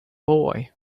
boy